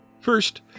First